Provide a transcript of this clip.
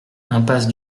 impasse